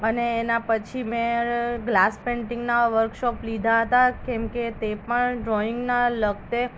અને એના પછી મેં ગ્લાસ પેઇન્ટિંગના વર્કશોપ લીધા હતાં કેમકે તે પણ ડ્રોઈંગના લગતે